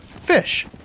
fish